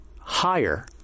higher